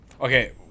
Okay